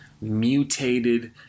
mutated